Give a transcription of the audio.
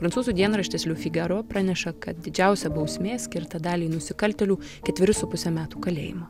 prancūzų dienraštis liu figaro praneša kad didžiausia bausmė skirta daliai nusikaltėlių ketverių su puse metų kalėjimo